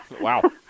Wow